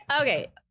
Okay